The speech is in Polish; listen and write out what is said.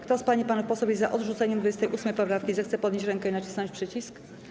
Kto z pań i panów posłów jest za odrzuceniem 28. poprawki, zechce podnieść rękę i nacisnąć przycisk.